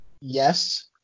Yes